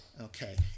Okay